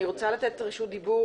אני רוצה לתת רשות דיבור